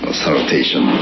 salutation